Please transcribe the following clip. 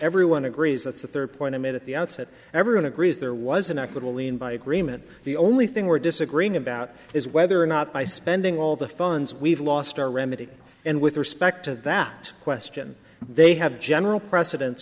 everyone agrees that's a fair point i made at the outset everyone agrees there was an equitable in by agreement the only thing we're disagreeing about is whether or not by spending all the funds we've lost or remedy and with respect to that question they have general preceden